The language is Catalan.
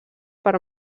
per